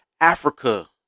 Africa